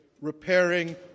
repairing